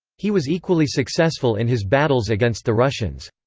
he was equally successful in his battles against the russians.